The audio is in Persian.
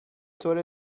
طور